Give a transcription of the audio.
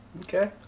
Okay